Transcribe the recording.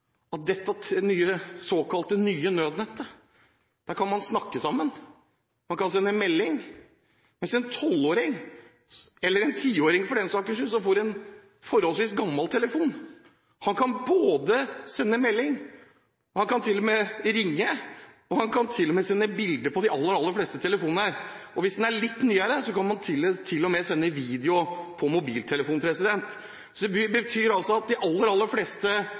at på dette såkalt nye nødnettet kan man snakke sammen, man kan sende en melding, mens en tolvåring, eller en tiåring for den saks skyld, som får en forholdsvis gammel telefon, kan sende melding, han kan ringe, og han kan til og med sende bilder. Og hvis den er litt nyere, kan han til og med sende video via mobiltelefonen. Det betyr altså at de aller fleste